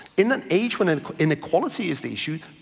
in an age when and inequality is the issue,